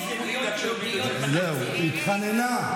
היא התחננה.